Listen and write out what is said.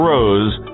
Rose